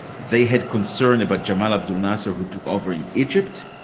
they had concern about gemalla du nasser who took over in egypt,